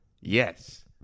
yes